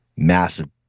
Massive